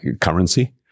currency